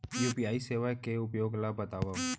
UPI सेवा के उपयोग ल बतावव?